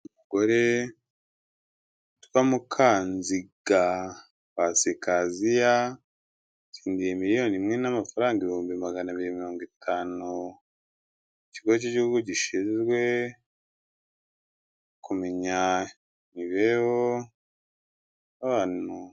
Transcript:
Umugore witwa Mukanziga Pasikaziya. Yatsindiye miliyoni imwe n'amafaranga ibihumbi magana abiri mirongo itanu. ikigo cy'igihugu gishinzwe kumenya imibereho y'abantu.